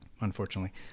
unfortunately